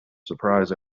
surprise